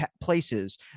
places